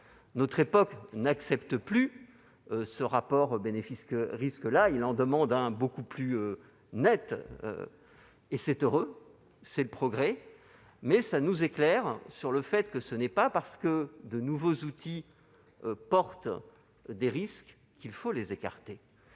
Notre époque n'accepte plus un tel rapport bénéfices-risques ; elle en demande un qui soit beaucoup plus net. C'est heureux, c'est le progrès, mais cela nous éclaire sur un point : ce n'est pas parce que de nouveaux outils comportent des risques qu'il faut les écarter.